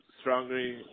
strongly